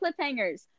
cliffhangers